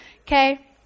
Okay